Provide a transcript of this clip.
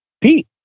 Pete